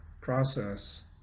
process